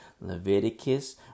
Leviticus